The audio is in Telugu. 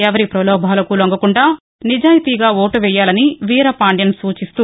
ఎవరి పలోభాలకు లొంగకుండా నిజాయితీగా ఓటు వేయాలని వీరపాండ్యన్ సూచిస్తూ